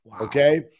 Okay